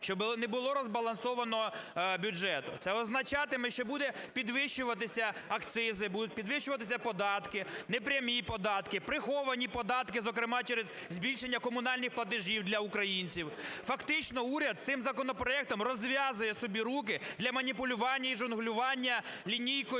щоб не було розбалансованого бюджету. Це означатиме, що будуть підвищуватися акцизи, будуть підвищуватися податки, непрямі податки, приховані податки, зокрема через збільшення комунальних платежів для українців. Фактично уряд цим законопроектом розв'язує собі руки для маніпулювання і жонглювання лінійкою